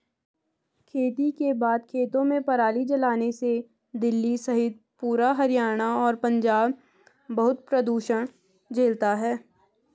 खेती के बाद खेतों में पराली जलाने से दिल्ली सहित पूरा हरियाणा और पंजाब बहुत प्रदूषण झेलता है